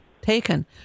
taken